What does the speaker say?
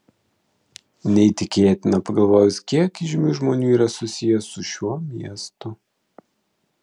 neįtikėtina pagalvojus kiek įžymių žmonių yra susiję su šiuo miestu